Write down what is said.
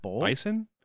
bison